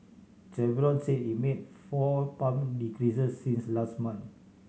chevron say it made four pump decreases since last month